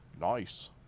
Nice